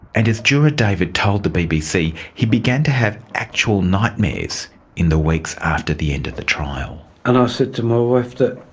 and as juror david told the bbc, he began to have actual nightmares in the weeks after the end of the trial. and i said to my wife that,